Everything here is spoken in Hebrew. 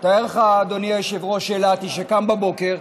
תאר לך, אדוני היושב-ראש, אילתי שקם בבוקר,